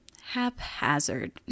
haphazard